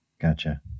Gotcha